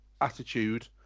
attitude